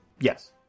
Yes